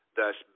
thus